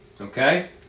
Okay